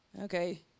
Okay